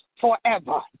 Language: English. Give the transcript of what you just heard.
forever